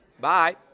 Bye